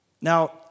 Now